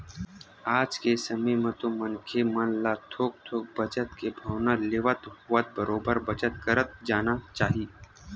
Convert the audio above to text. आज के समे म तो मनखे मन ल थोक थोक बचत के भावना लेवत होवय बरोबर बचत करत जाना चाही